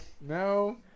No